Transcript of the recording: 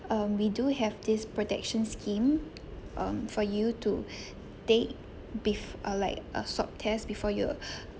um we do have this protection scheme um for you to take bef~ uh like a swab test before you